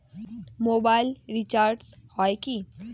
Mobile recharge হয় কি?